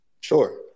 Sure